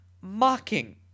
mocking